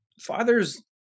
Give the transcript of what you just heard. fathers